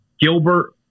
Gilbert